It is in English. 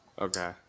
Okay